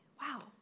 wow